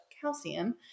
calcium